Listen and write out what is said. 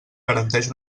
garanteix